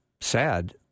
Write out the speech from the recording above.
sad